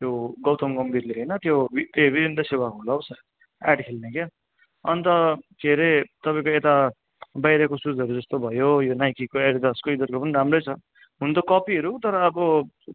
त्यो गौतम गम्भिरले होइन त्यो ए विरेन्द्र सेवक होलाउ सायद एड खेल्ने क्या अन्त के रे तपाईँको यता बाहिरको सुजहरू जस्तो भयो यो नाइकीको एडिडासको यिनीहरूको पनि राम्रै छ हुनु त कपीहरू हो तर अब